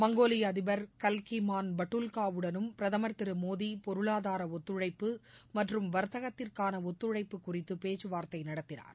மங்கோலிய அதிபர் கல்மாகின் பட்டுல்காவுடனும் பிரதமர் மோடி பொருளாதார ஒத்துழைப்பு மற்றும் வர்த்தகத்திற்கான ஒத்துழைப்பு குறித்து பேச்சுவார்த்தை நடத்தினார்